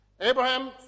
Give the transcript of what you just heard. Abraham